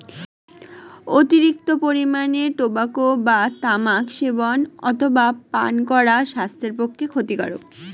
অতিরিক্ত পরিমাণে টোবাকো বা তামাক সেবন অথবা পান করা স্বাস্থ্যের পক্ষে ক্ষতিকারক